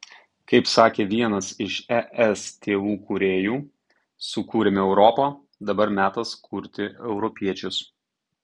kaip sakė vienas iš es tėvų kūrėjų sukūrėme europą dabar metas kurti europiečius